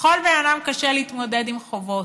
לכל בן אדם קשה להתמודד עם חובות.